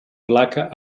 placa